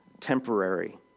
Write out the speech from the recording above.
temporary